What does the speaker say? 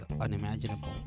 unimaginable